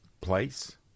place